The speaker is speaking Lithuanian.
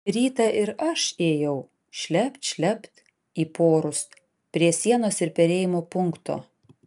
rytą ir aš ėjau šlept šlept į porus prie sienos ir perėjimo punkto